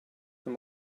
them